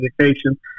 education